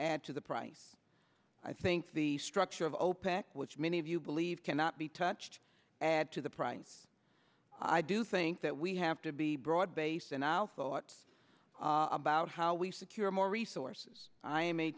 and to the price i think the structure of opec which many of you believe cannot be touched add to the price i do think that we have to be broad based and now thoughts about how we secure more resources i am a